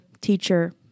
teacher